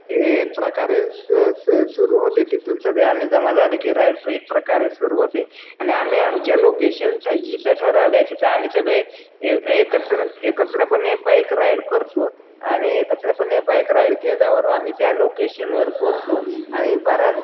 एक प्रकारे सुरू होते तिथून सगळे आम्ही जमा झाले की राईड एक प्रकारे सुरू होते आणि आम्ही आमच्या लोकेशनचं जिथं ठरवलं तिथं आम्ही सगळे एक एकत्र एकत्रपणे बाईक राईड करतो आणि एकत्रपणे बाईक राईड केल्यावर आम्ही त्या लोकेशनवर पोहचतो आणि बरात